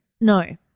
No